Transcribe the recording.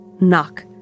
knock